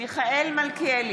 מיכאל מלכיאלי,